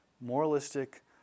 moralistic